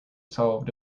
solved